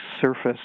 surface